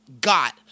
got